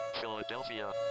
Philadelphia